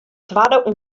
twadde